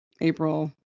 April